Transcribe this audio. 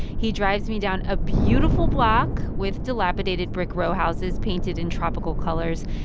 he drives me down a beautiful block with dilapidated brick row houses painted in tropical colors.